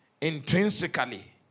intrinsically